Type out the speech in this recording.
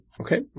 Okay